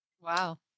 Wow